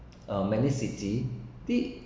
uh many city this